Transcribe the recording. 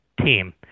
team